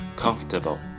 comfortable